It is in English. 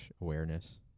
awareness